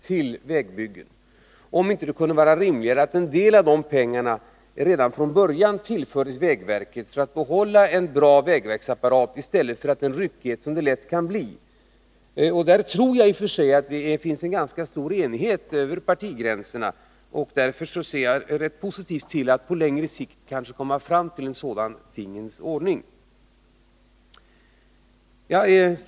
Man skulle kanske komma fram till att det vore rimligare att en del av dessa medel redan från början tillfördes vägverket. Därmed skulle vi kanske få behålla en bra vägverksapparat i stället för den ryckighet som det lätt kan bli fråga om. På den punkten tror jag att det i och för sig råder ganska stor enighet över partigränserna. Därför ser jag positivt på möjligheterna att på längre sikt kanske komma fram till en sådan tingens ordning.